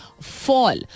fall